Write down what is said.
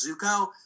Zuko